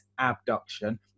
abduction